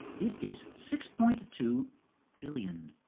it is six point two billion.